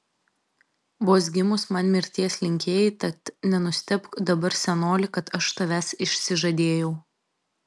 vos gimus man mirties linkėjai tad nenustebk dabar senoli kad aš tavęs išsižadėjau